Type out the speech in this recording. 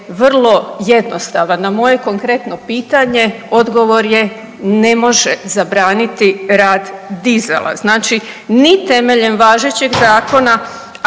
vrlo jednostavan, na moje konkretno pitanje odgovor je ne može zabraniti rad dizala. Znači ni temeljem važećeg zakona,